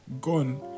Gone